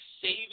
saving